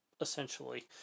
essentially